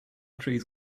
trees